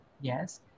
yes